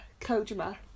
Kojima